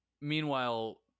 Meanwhile